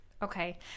Okay